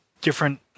different